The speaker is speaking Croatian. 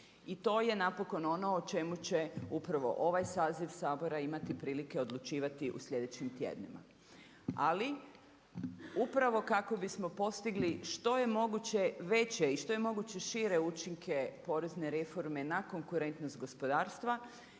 I to je napokon ono o čemu će upravo ovaj saziv Sabora imati prilike odlučivati u sljedećim tjednima. Ali upravo kako bismo postigli što je moguće veće i što je moguće šire učinke porezne reforme na konkurentnost gospodarstva